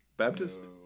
Baptist